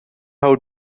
how